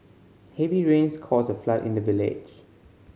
heavy rains caused a flood in the village